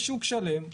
יש שוק שלם.